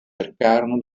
cercarono